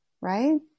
Right